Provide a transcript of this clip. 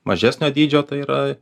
mažesnio dydžio tai yra